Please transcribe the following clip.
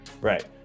right